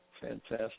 Fantastic